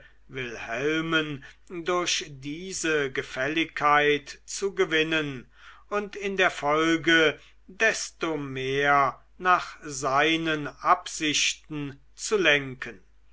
wilhelmen durch diese gefälligkeit zu gewinnen und in der folge desto mehr nach seinen absichten zu lenken